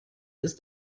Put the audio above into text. ist